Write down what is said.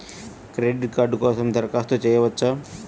Credit card కోసం దరఖాస్తు చేయవచ్చా?